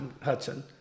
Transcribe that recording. Hudson